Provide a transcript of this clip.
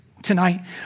Tonight